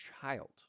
child